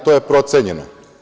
To je procenjeno.